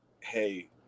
Hey